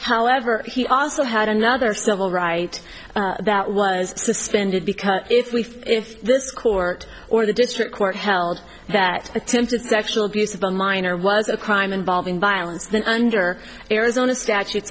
however he also had another civil right that was suspended because it's we if this court or the district court held that attempted sexual abuse of a minor was a crime involving violence then under arizona statute